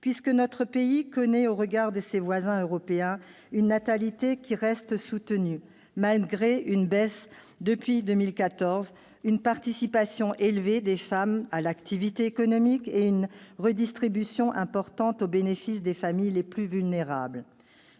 puisque notre pays connaît, au regard de ses voisins européens, une natalité qui reste soutenue- malgré une baisse depuis 2014 -, une participation élevée des femmes à l'activité économique et une redistribution importante au bénéfice des familles les plus vulnérables.